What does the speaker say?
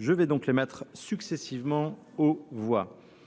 Je vais donc les mettre successivement aux voix.